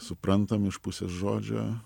suprantam iš pusės žodžio